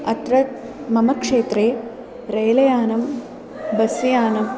अत्र मम क्षेत्रे रेलयानं बस् यानम्